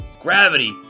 gravity